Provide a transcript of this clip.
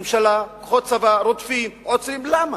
ממשלה, כוחות צבא, רודפים, עוצרים, למה?